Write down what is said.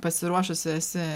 pasiruošusi esi